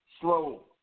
slow